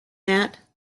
that